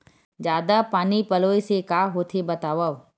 जादा पानी पलोय से का होथे बतावव?